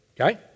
okay